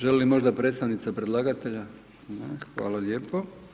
Želi li možda predstavnica predlagatelja, ne, hvala lijepo.